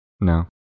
no